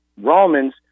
Romans